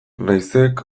naizek